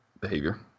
behavior